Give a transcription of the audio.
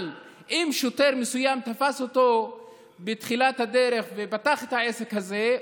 אבל אם שוטר מסוים תפס אותו בתחילת הדרך והוא פתח את העסק הזה,